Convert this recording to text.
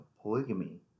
polygamy